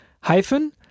hyphen